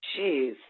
Jeez